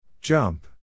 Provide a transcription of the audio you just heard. Jump